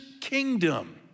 kingdom